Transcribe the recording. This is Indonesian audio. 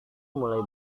mulai